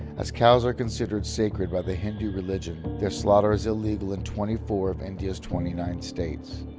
as cows are considered sacred by the hindu religion, their slaughter is illegal in twenty four of india's twenty nine states.